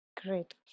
great